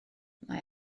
mae